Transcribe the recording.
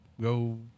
go